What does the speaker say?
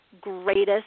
greatest